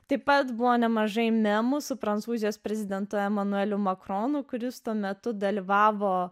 taip pat buvo nemažai memų su prancūzijos prezidentu emanueliu makaronų kuris tuo metu dalyvavo